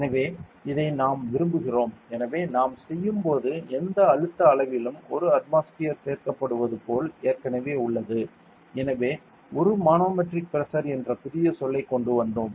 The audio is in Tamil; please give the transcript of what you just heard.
எனவே இதை நாம் விரும்புகிறோம் எனவே நாம் செய்யும் போது எந்த அழுத்த அளவிலும் 1 அட்மாஸ்பியர் சேர்க்கப்படுவது போல் ஏற்கனவே உள்ளது எனவே ஒரு மனோமெட்ரிக் பிரஷர் என்ற புதிய சொல்லைக் கொண்டு வந்தோம்